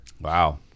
wow